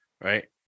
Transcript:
right